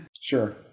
Sure